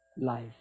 life